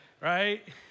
right